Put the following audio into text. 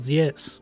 yes